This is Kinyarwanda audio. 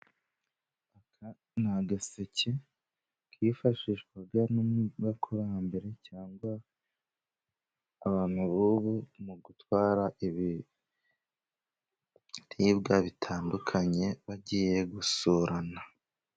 Aka ni agaseke kifashishwaga n'abakurambere cyangwa abantu bubu mu gutwara ibibiribwa bitandukanye bagiye gusurana.